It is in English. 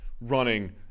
running—